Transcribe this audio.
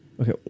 Okay